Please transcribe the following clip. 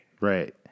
Right